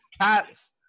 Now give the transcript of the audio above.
cats